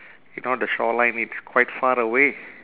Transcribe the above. you know the shoreline it's quite far away